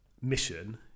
mission